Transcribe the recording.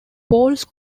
poles